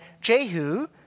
Jehu